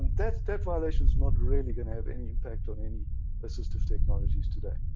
that that violation is not really going to have any impact on any assistive technologies today.